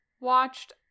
watched